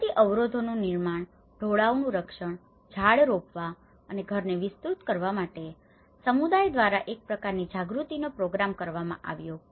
કુદરતી અવરોધોનું નિર્માણ ઢોળાવનું રક્ષણ ઝાડ રોપવા અને ઘરને વિસ્તૃત કરવા માટે સમુદાય દ્વારા એક પ્રકારની જાગૃતિનો પ્રોગ્રામ કરવામાં આવ્યો